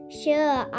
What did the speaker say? sure